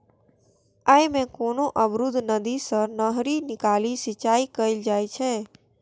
अय मे कोनो अवरुद्ध नदी सं नहरि निकालि सिंचाइ कैल जाइ छै